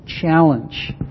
challenge